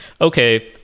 okay